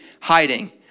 hiding